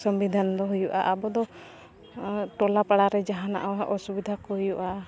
ᱥᱚᱝᱵᱤᱫᱷᱟᱱ ᱫᱚ ᱦᱩᱭᱩᱜᱼᱟ ᱟᱵᱚ ᱫᱚ ᱴᱚᱞᱟ ᱯᱟᱲᱟᱨᱮ ᱡᱟᱦᱟᱱᱟᱜ ᱚᱥᱩᱵᱤᱫᱷᱟ ᱠᱚ ᱦᱩᱭᱩᱜᱼᱟ